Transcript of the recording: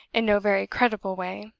in no very creditable way,